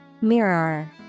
Mirror